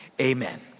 amen